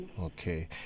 Okay